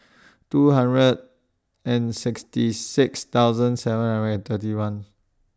two hundred and sixty six thousand seven hundred and thirty one